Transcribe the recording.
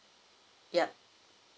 yup